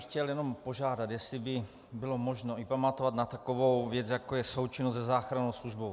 Chtěl bych jenom požádat, jestli by bylo možno i pamatovat na takovou věc, jako je součinnost se záchrannou službou.